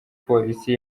polisi